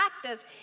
practice